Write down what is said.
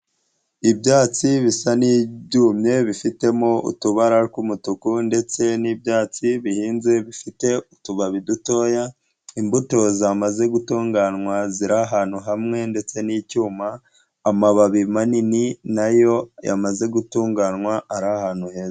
Ibyatsi bisa n'ibyumye, bifitemo utubara tw'umutuku ndetse n'ibyatsi bihinze bifite utubabi dutoya, imbuto zamaze gutunganywa ziri ahantu hamwe ndetse n'icyuma, amababi manini nayo yamaze gutunganywa ari ahantu heza.